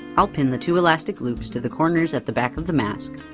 i'll pin the two elastic loops to the corners at the back of the mask.